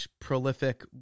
prolific